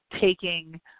taking